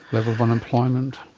level of unemployment.